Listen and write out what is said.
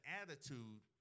attitude